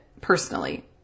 personally